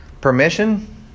permission